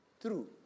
True